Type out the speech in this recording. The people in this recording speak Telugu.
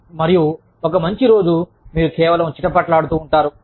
మరియు ఒక మంచి రోజు మీరు కేవలం చిటపటలాడుతూ ఉంటారు